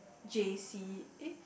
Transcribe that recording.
J_C eh